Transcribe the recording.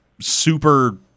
super